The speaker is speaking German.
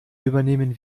übernehmen